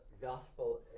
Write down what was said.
gospel